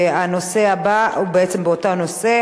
בסדר-היום, ובעצם באותו נושא.